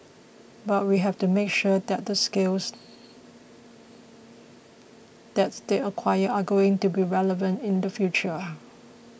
but we have to make sure that the skills that they acquire are going to be relevant in the future